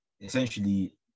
Essentially